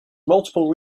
multiple